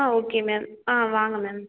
okay ma'am வாங்க ma'am